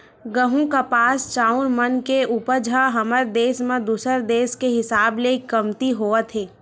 गहूँ, कपास, चाँउर मन के उपज ह हमर देस म दूसर देस के हिसाब ले कमती होवत हे